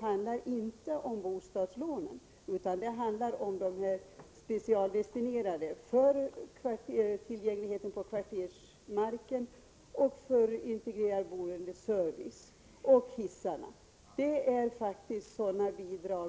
avser inte bostadslånen, utan det handlar om de specialdestinerade bidragen för tillgänglighetsskapande åtgärder på kvartersmark, till försöksverksamhet med integrerad boendeservice och till samupphandling och teknikutveckling avseende hissinstallationer.